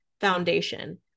foundation